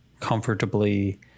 comfortably